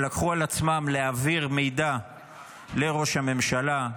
שלקחו על עצמם להעביר מידע לראש הממשלה,